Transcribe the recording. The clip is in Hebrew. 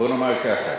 בוא נאמר ככה,